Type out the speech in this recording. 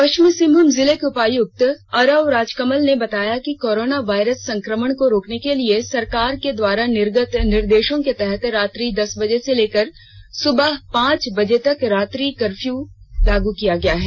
पश्चिमी सिंहभूम जिले के उपायुक्त अरवा राजकमल ने बताया कि कोरोना वायरस संक्रमण को रोकने के लिए सरकार के द्वारा निर्गत निर्देश के तहत रात्रि दस बजे से लेकर सुबह पांच बजे तक रात्रि कर्फ्यू लागू किया गया है